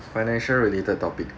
financial related topic